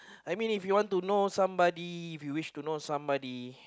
I mean if you want to know somebody if you wish to know somebody